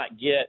get